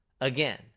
Again